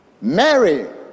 Mary